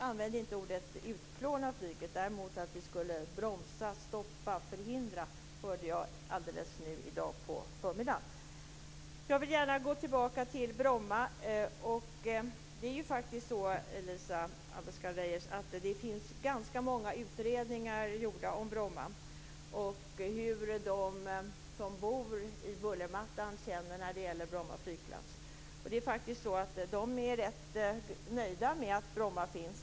Herr talman! Jag sade inte att Miljöpartiet ville "utplåna flyget", däremot hörde jag nu i förmiddags att det skulle bromsas, stoppas, förhindras. Jag vill gärna gå tillbaka till Bromma. Det finns faktiskt, Elisa Abascal Reyes, ganska många utredningar gjorda om Bromma och hur de som bor i bullermattan känner när det gäller Bromma flygplats. De är faktiskt rätt nöjda med att Bromma finns.